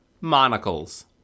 Monocles